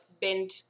bend